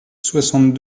soixante